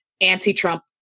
anti-Trump